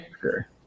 sure